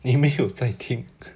你没有在听